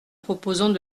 proposons